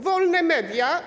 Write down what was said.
Wolne media?